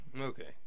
okay